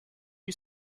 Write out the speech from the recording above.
you